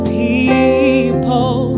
people